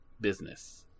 business